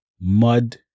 mud